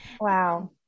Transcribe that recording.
Wow